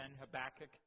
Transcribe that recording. Habakkuk